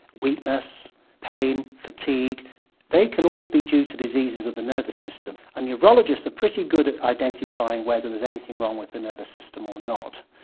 weakness, pain, fatigue they can all be due to diseases of the nervous system and neurologists are pretty good at identifying whether there's anything wrong with the nervous system or not.